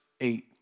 eight